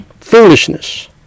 foolishness